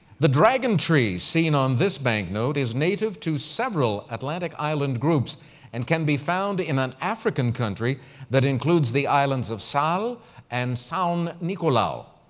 the dragon tree, seen on this banknote, is native to several atlantic island groups and can be found in an african country that includes the islands of sal and sao nicolau.